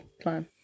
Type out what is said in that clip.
plan